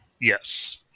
Yes